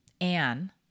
Anne